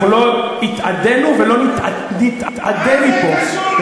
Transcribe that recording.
אנחנו לא התאדינו ולא נתאדה מפה.